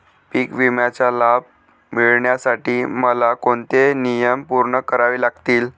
पीक विम्याचा लाभ मिळण्यासाठी मला कोणते नियम पूर्ण करावे लागतील?